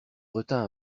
retint